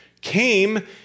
Came